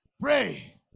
Pray